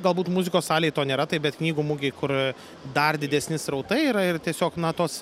galbūt muzikos salėj to nėra taip bet knygų mugėj kur dar didesni srautai yra ir tiesiog na tos